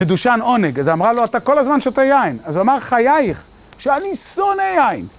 מדושן עונג, אז היא אמרה לו, אתה כל הזמן שותה יין. אז הוא אמר, חייך, שאני שונא יין.